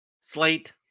slate